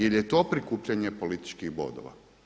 Je li je to prikupljanje političkih bodova?